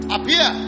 Appear